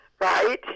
right